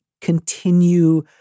continue